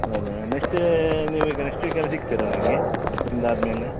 ಹೌದಾ ನೆಕ್ಸ್ಟ್ ನೀವೀಗ ನೆಕ್ಸ್ಟ್ ವೀಕಲ್ಲಿ ಸಿಗ್ತೀರಾ ನನಗೆ ಬಂದಾದ ಮೇಲೆ